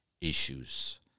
issues